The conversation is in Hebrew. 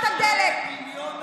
מיליון עניים.